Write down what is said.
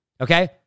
okay